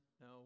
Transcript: no